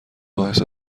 باعث